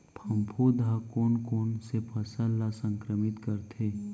फफूंद ह कोन कोन से फसल ल संक्रमित करथे?